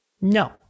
No